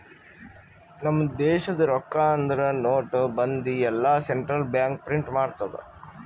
ನಮ್ ದೇಶದು ರೊಕ್ಕಾ ಅಂದುರ್ ನೋಟ್, ಬಂದಿ ಎಲ್ಲಾ ಸೆಂಟ್ರಲ್ ಬ್ಯಾಂಕ್ ಪ್ರಿಂಟ್ ಮಾಡ್ತುದ್